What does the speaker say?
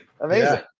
Amazing